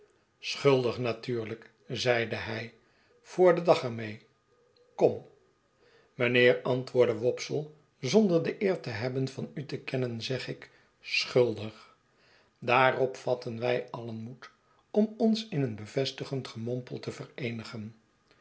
schuldig natuurlijk zeide hij voor den dag er mee t kom mijnheer antwoordde wopsle zonder de eer te hebben van u te kennen zeg ik schuldig baarop vatten wij alien moed om ons in een bevestigend gemompel te vereenigen